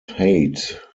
height